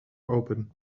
open